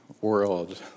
world